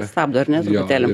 stabdo ar ne truputėlį